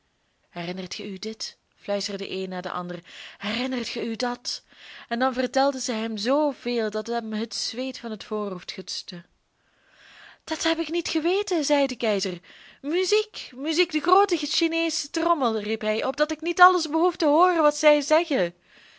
herinnert ge u dit fluisterde de een na den ander herinnert ge u dat en dan vertelden zij hem zoo veel dat hem het zweet van het voorhoofd gutste dat heb ik niet geweten zei de keizer muziek muziek de groote chineesche trommel riep hij opdat ik niet alles behoef te hooren wat zij zeggen